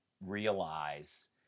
realize